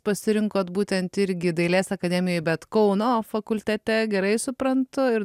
pasirinkot būtent irgi dailės akademijoj bet kauno fakultete gerai suprantu ir